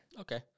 okay